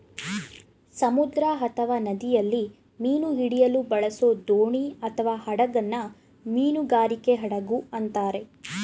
ಸಮುದ್ರ ಅಥವಾ ನದಿಯಲ್ಲಿ ಮೀನು ಹಿಡಿಯಲು ಬಳಸೋದೋಣಿಅಥವಾಹಡಗನ್ನ ಮೀನುಗಾರಿಕೆ ಹಡಗು ಅಂತಾರೆ